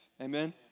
Amen